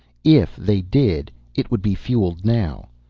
if they did, it would be fueled now.